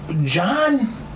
John